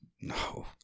No